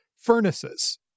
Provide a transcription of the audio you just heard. Furnaces